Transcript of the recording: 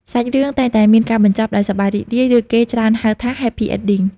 សាច់រឿង តែងតែមានការបញ្ចប់ដោយសប្បាយរីករាយ ឬគេច្រើនហៅថា Happy Ending។